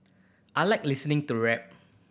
I like listening to rap